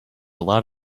lot